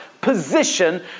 position